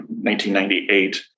1998